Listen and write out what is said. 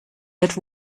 get